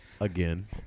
Again